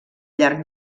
llarg